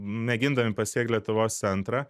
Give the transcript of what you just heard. mėgindami pasiekt lietuvos centrą